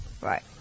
right